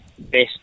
best